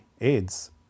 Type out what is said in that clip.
AIDS